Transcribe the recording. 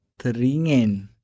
Teringin